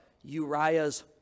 Uriah's